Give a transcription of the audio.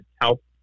help